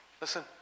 Listen